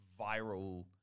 viral